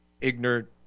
ignorant